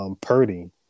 Purdy